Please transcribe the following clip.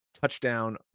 touchdown